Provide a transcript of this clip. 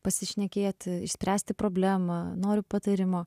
pasišnekėti išspręsti problemą noriu patarimo